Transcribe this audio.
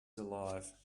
alive